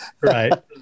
Right